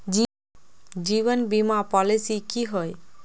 जीवन बीमा पॉलिसी की होय?